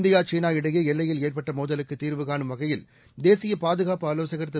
India சீனா இடையே எல்லையில் ஏற்பட்ட மோதலுக்கு தீர்வு கானும் வகையில் தேசிய பாதுகாப்பு ஆலோசகர் திரு